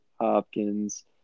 Hopkins